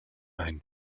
ein